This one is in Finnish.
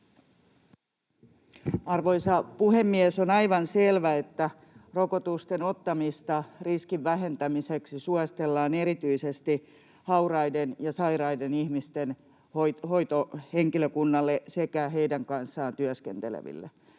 Arvoisa puhemies! On aivan selvä, että rokotusten ottamista riskin vähentämiseksi suositellaan erityisesti hauraiden ja sairaiden ihmisten hoitohenkilökunnalle sekä heidän kanssaan työskenteleville,